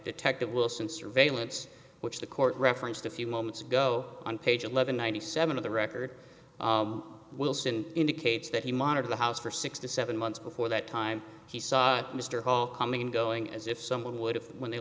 detective wilson surveillance which the court referenced a few moments ago on page eleven ninety seven of the record wilson indicates that he monitor the house for six to seven months before that time he saw mr hall coming and going as if someone would have when they